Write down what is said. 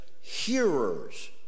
hearers